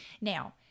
now